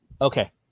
Okay